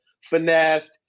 finesse